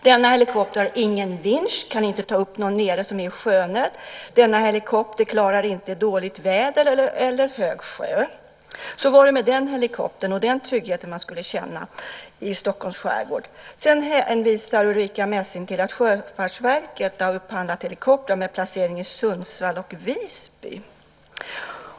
Denna helikopter har ingen vinsch och kan inte ta upp någon som är i sjönöd. Denna helikopter klarar inte dåligt väder eller hög sjö. Så var det med den helikoptern och med den trygghet som man med den skulle känna i Stockholms skärgård. Därefter hänvisar Ulrica Messing till att Sjöfartsverket har upphandlat helikoptrar med placering i Sundsvall och Visby.